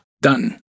Done